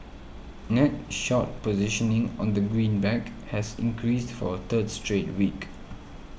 net short positioning on the greenback has increased for a third straight week